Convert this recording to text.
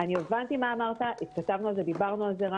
אני הבנתי מה אמרת, התכתבנו על זה ודיברנו על זה.